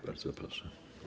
Bardzo proszę.